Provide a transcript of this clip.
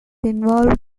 involve